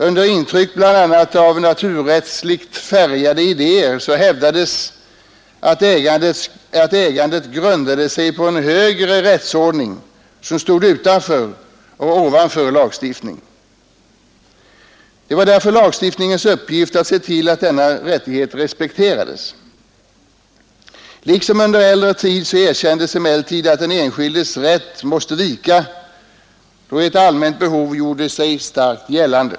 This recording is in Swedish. Under intryck av bl.a. naturrättsligt färgade idéer hävdades att ägandet grundade sig på en högre rättsordning som stod utanför och ovanför lagstiftningen. Det var därför lagstiftningens 133 uppgift att se till att denna rättighet respekterades. Liksom under äldre tid erkändes emellertid att den enskildes rätt måste vika då ett allmänt behov gjorde sig starkt gällande.